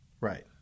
Right